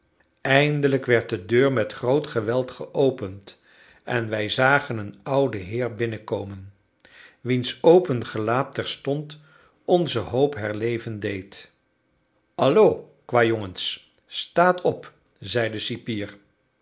eindelijk werd de deur met groot geweld geopend en wij zagen een ouden heer binnenkomen wiens open gelaat terstond onze hoop herleven deed alloh kwajongens staat op zeide de cipier